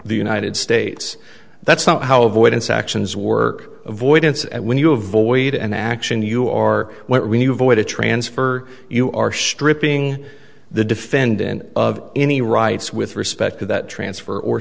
the united states that's not how avoidance actions work avoidance and when you avoid an action you are when you avoid a transfer you are stripping the defendant of any rights with respect to that transfer or